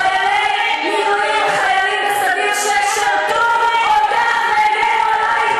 על חיילי מילואים וחיילים בסדיר ששירתו אותך ואת,